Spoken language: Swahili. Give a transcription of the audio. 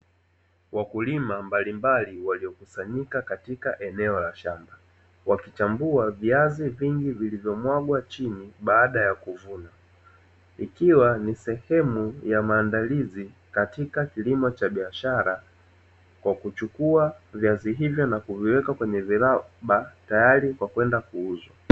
Wakulima mbalimbali waliokusanyika katika eneo la shamba, wakichagua viazi vingi vilivyomwagwa chini baada ya kuvunwa. Ikiwa ni sehemu ya maandalizi katika kilimo cha biashara kwa kuchukua viazi hivyo na kuviweka kwenye viroba, tayari kwa kwenda kuuzwa.